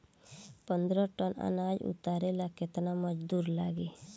पन्द्रह टन अनाज उतारे ला केतना मजदूर लागी?